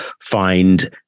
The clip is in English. find